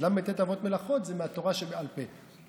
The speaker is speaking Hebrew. ל"ט אבות מלאכה זה מהתורה שבעל פה,